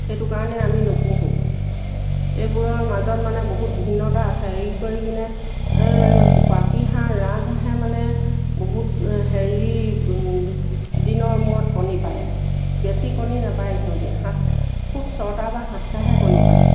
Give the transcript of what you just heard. সেইটো কাৰণে আমি নুপোহোঁ এইবোৰৰ মাজত মানে বহুত ভিন্নতা আছে হেৰি কৰি কিনে পাতিহাঁহ ৰাজহাঁহে মানে বহুত হেৰি দিনৰ মূৰত কণী পাৰে বেছি কণী নাপাৰে সিহঁতি সাত খুব ছটা বা সাতটাহে কণী পাৰে